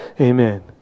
Amen